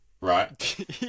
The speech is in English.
right